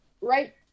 right